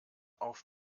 auf